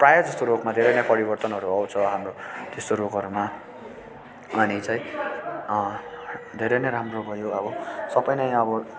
प्राय जस्तो रोगमा धेरै नै परिवर्तनहरू आउँछ र हाम्रो त्यस्तो रोगहरूमा अनि चाहिँ धेरै नै राम्रो भयो अब सबै नै अब